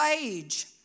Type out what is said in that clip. age